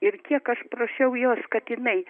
ir kiek aš prašiau jos kad jinai